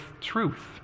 truth